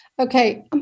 Okay